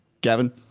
Gavin